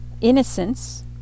Innocence